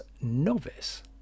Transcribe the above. novice